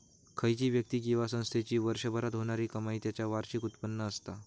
खयची व्यक्ती किंवा संस्थेची वर्षभरात होणारी कमाई त्याचा वार्षिक उत्पन्न असता